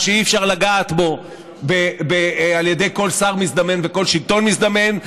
שאי-אפשר לגעת בו על ידי כל שר מזדמן וכל שלטון מזדמן.